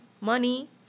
money